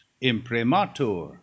imprimatur